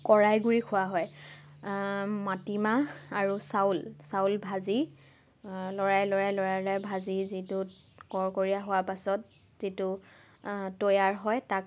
কৰাই গুড়ি খোৱা হয় মাটি মাহ আৰু চাউল চাউল ভাজি লৰাই লৰাই লৰাই লৰাই ভাজি যিটোত কৰকৰিয়া হোৱাৰ পাছত যিটো তৈয়াৰ হয় তাক